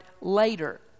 later